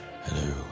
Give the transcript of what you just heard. hello